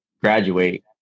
graduate